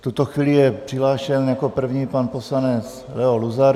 V tuto chvíli je přihlášen jako první pan poslanec Leo Luzar.